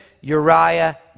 Uriah